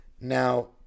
Now